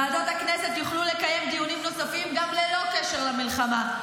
ועדות הכנסת יוכלו לקיים דיונים נוספים גם ללא קשר למלחמה,